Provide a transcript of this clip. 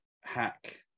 hack